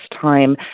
time